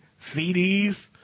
CDs